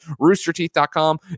roosterteeth.com